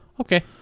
Okay